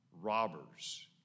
robbers